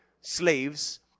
slaves